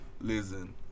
listen